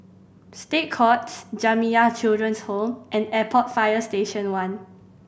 State Courts Jamiyah Children's Home and Airport Fire Station One